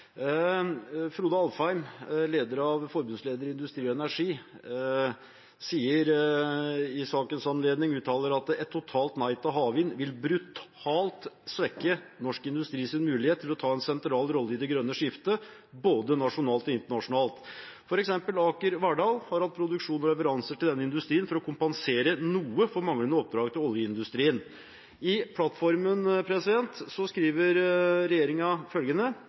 Frode Alfheim, forbundsleder i Industri Energi, uttaler i sakens anledning: «Et totalt nei til havvind vil brutalt svekke norsk industri sin mulighet til å ta en sentral rolle i det grønne skifte både nasjonalt og internasjonalt. For eksempel Aker Verdal har hatt produksjon og leveranser til denne industrien for å kompensere noe for manglende oppdrag til oljeindustrien.» I plattformen